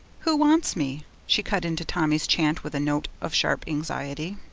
who wants me she cut into tommy's chant with a note of sharp anxiety.